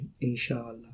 inshallah